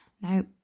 Now